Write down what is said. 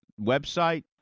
Website